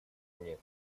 нет